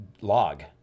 log